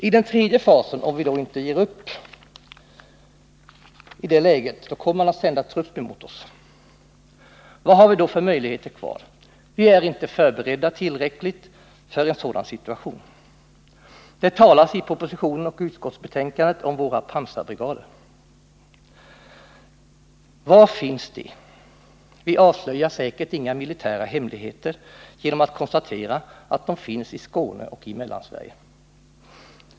I den tredje fasen kommer man — om vi inte ger upp i det läget — att sända trupp emot oss. Vad har vi då för möjligheter kvar? Vi är inte tillräckligt förberedda för en sådan situation. Det talas i propositionen och i utskottsbetänkandet om våra pansarbrigader. Var finns de? Vi avslöjar säkert inga militära hemligheter genom att konstatera att de finns i Skåne och i Mellansverige.